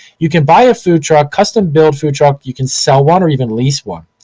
you can buy a food truck, custom build food truck, you can sell one or even lease one.